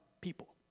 people